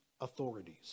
authorities